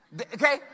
Okay